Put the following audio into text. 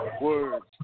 words